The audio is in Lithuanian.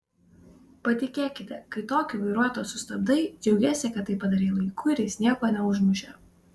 patikėkite kai tokį vairuotoją sustabdai džiaugiesi kad tai padarei laiku ir jis nieko neužmušė